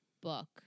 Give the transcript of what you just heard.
book